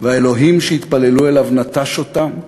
והאלוהים שהתפללו אליו נטש אותם,